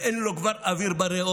וכבר אין לו אוויר בריאות,